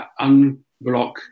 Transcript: unblock